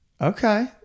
okay